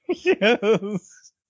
Yes